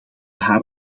haar